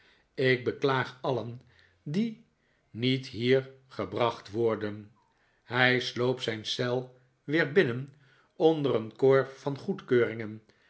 ik beklaag alien die niet hier gebracht worden hij sloop zijn eel weer binnen onder een koor van goedkeuringen